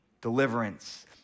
deliverance